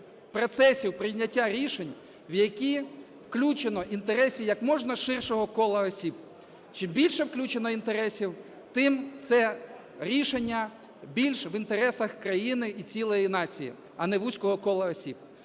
процесів прийняття рішень, в які включено інтереси як можна ширшого кола осіб. Чим більше включено інтересів, тим це рішення більш в інтересах країни і цілої нації, а не вузького кола осіб.